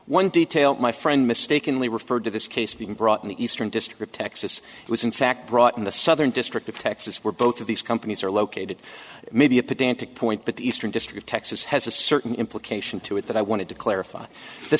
one detail my friend mistakenly referred to this case being brought in the eastern district of texas was in fact brought in the southern district of texas where both of these companies are located maybe a pedantic point but the eastern district texas has a certain implication to it that i wanted to clarify the